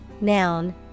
noun